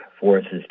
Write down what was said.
forces